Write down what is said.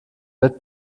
wird